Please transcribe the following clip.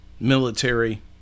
military